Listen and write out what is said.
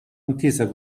intesa